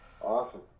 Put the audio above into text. awesome